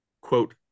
quote